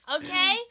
Okay